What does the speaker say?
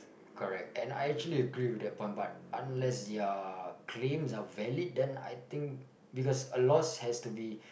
correct and I actually agree with that front part unless your claims are valid then I think because a loss has to be